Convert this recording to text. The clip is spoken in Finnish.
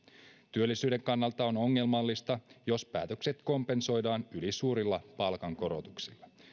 työllisyyden kannalta on ongelmallista jos päätöksiä kompensoidaan ylisuurilla palkankorotuksilla